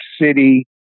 City